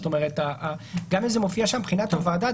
זאת אומרת גם אם זה מופיע שם מבחינת הוועדה,